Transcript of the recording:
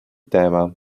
téma